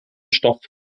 stoff